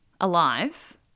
alive